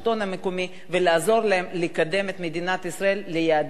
המקומי ולעזור להם לקדם את מדינת ישראל ליעדים הבאים.